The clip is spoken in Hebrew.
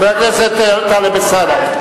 חבר הכנסת טלב אלסאנע.